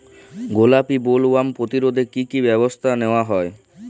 গোলাপী বোলওয়ার্ম প্রতিরোধে কী কী ব্যবস্থা নেওয়া হয়?